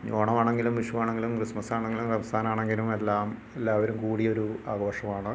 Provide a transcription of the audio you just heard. ഇനി ഓണമാണെങ്കിലും വിഷുവാണെങ്കിലും ക്രിസ്മസാണെങ്കിലും റംസാനാണെങ്കിലും എല്ലാം എല്ലാവരും കൂടി ഒരു ആഘോഷമാണ്